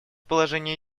положение